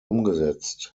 umgesetzt